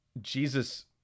Jesus